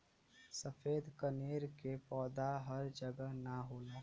सफ़ेद कनेर के पौधा हर जगह ना होला